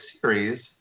series